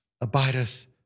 abideth